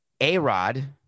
A-Rod